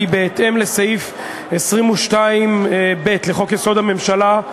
כי בהתאם לסעיף 22(ב) לחוק-יסוד: הממשלה,